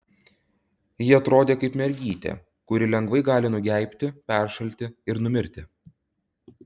ji atrodė kaip mergytė kuri lengvai gali nugeibti peršalti ir numirti